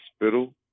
hospital